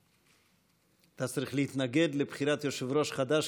אתה צריך להתנגד לבחירת יושב-ראש חדש,